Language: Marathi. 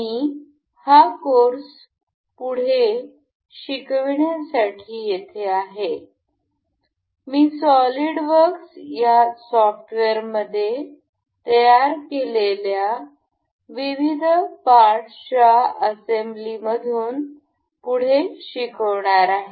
मी हा कोर्स पुढे सुरू करण्यासाठी येथे आहे मी सॉलीडवर्क्स या सॉफ्टवेअरमध्ये तयार केलेल्या भागांच्या असेंब्लीमधून पुढे शिकवणार आहे